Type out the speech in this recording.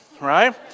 right